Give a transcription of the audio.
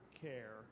care